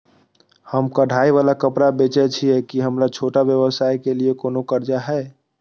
हम कढ़ाई वाला कपड़ा बेचय छिये, की हमर छोटा व्यवसाय के लिये कोनो कर्जा है?